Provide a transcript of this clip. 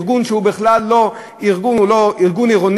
ארגון שהוא בכלל לא ארגון עירוני,